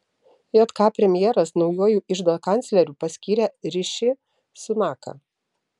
jk premjeras naujuoju iždo kancleriu paskyrė riši sunaką